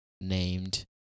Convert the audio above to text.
named